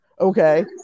okay